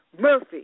Murphy